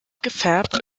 gefärbt